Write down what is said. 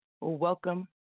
welcome